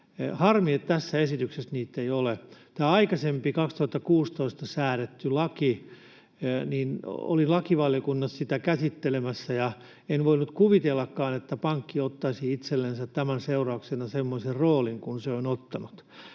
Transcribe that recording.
Harmi, että tässä esityksessä niitä ei ole. Tämä aikaisempi laki säädettiin 2016, ja olin lakivaliokunnassa sitä käsittelemässä. En voinut kuvitellakaan, että pankki ottaisi tämän seurauksena itsellensä semmoisen roolin kuin se on ottanut.